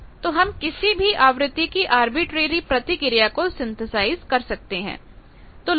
तो हम किसी भी आवृत्ति की आर्बिट्रेरी प्रतिक्रिया को सिंथेसाइज कर सकते हैं